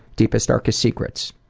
deepest, darkest secrets?